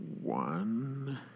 one